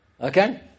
Okay